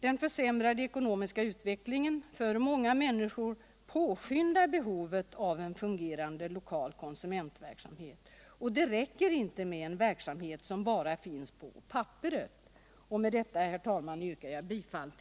Den försämrade ekonomiska utvecklingen för många människor påskyndar behovet av en fungerande lokal konsumentverksamhet. Det räcker inte med en verksamhet som bara finns på papperet.